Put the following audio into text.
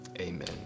amen